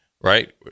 right